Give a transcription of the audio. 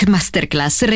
Masterclass